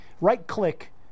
Right-click